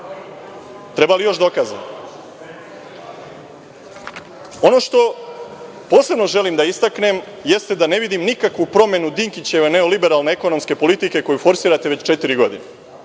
Treba li još dokaza? Ono što posebno želim da istaknem jeste da ne vidim nikakvu promenu Dinkićeve neoliberalne ekonomske politike koju forsirate već četiri godine.